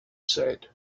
said